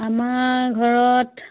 আমাৰ ঘৰত